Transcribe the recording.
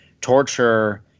Torture